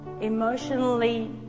Emotionally